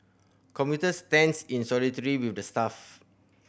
commuter stands in with the staff